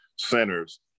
centers